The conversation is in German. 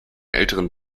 älteren